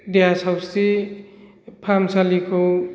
देहा सावस्रि फाहामसालिखौ